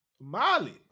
Molly